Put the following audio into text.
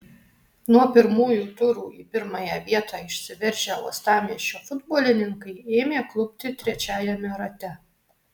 nuo pirmųjų turų į pirmąją vietą išsiveržę uostamiesčio futbolininkai ėmė klupti trečiajame rate